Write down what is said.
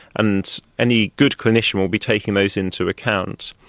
and any good clinician will be taking those into account.